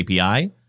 API